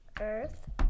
Earth